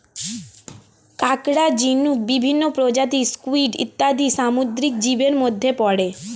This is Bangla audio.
কাঁকড়া, ঝিনুক, বিভিন্ন প্রজাতির স্কুইড ইত্যাদি সামুদ্রিক জীবের মধ্যে পড়ে